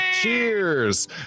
cheers